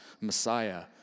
Messiah